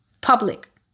public